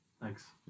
Thanks